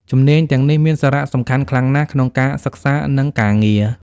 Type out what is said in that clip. ជំនាញទាំងនេះមានសារៈសំខាន់ខ្លាំងណាស់ក្នុងការសិក្សា និងការងារ។